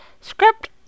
Script